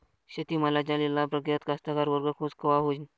शेती मालाच्या लिलाव प्रक्रियेत कास्तकार वर्ग खूष कवा होईन?